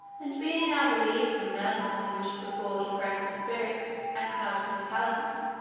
and being now relieved from the melancholy which had before depressed his spirits, and clouded his talents,